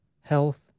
health